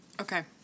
Okay